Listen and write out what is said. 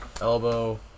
elbow